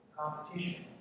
competition